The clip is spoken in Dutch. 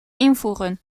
invoegen